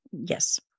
Yes